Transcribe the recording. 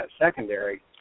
secondary